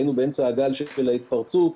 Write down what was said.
היה שהיינו באמצע הגל כשהחלה ההתפרצות,